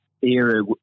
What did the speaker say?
era